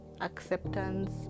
acceptance